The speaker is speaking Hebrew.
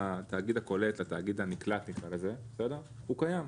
התאגיד הקולט לתאגיד הנקלט, נקרא לזה, הוא קיים.